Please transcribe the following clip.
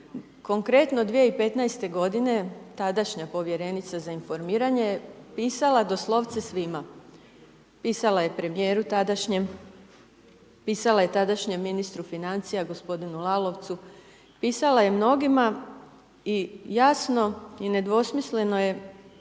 Konkretno 2015. godine tadašnja povjerenica za informiranje je pisala doslovce svima, pisala je premijeru tadašnjem, pisala je tadašnjem ministru financija gospodinu Lalovcu, pisala je mnogima i jasno i nedvosmisleno je